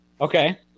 Okay